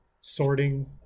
sorting